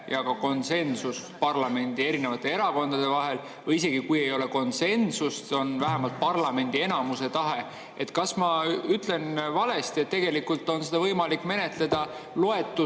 ja ka konsensus parlamendi erinevate erakondade vahel – või isegi kui ei ole konsensust, on vähemalt parlamendi enamuse tahe? Kas ma ütlen valesti, et tegelikult on seda võimalik menetleda loetud